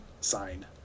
sign